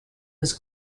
was